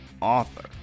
author